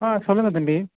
ஆ சொல்லுங்கள் தம்பி